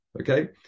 Okay